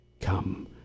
come